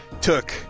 took